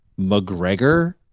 McGregor